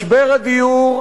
משבר הדיור,